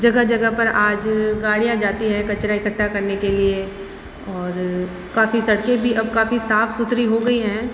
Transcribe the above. जगह जगह पर आज गाड़ियां जाती हैं कचरा इकट्ठा करने के लिए और काफ़ी सड़कें भी अब काफ़ी साफ़ सुथरी हो गई हैं